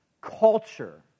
culture